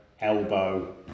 elbow